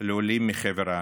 לעולים מחבר המדינות.